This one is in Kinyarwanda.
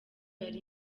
yari